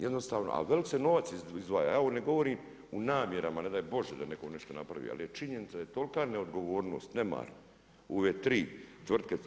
Jednostavno, ali veliki se novac izdvaja, ja ovo ne govorim u namjerama, ne daj bože da netko nešto napravi, ali je činjenica da je tolika neodgovornost, nemar u ove tri tvrtke.